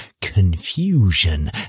confusion